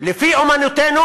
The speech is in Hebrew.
לפי אמונתנו